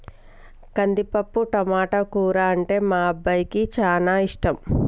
కందిపప్పు టమాటో కూర అంటే మా అబ్బాయికి చానా ఇష్టం